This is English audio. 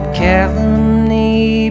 calumny